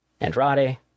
Andrade